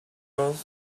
rows